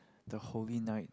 the holy night